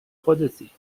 خودتی